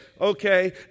okay